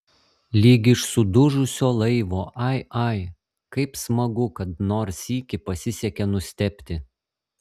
lyg iš sudužusio laivo ai ai kaip smagu kad nors sykį pasisekė nustebti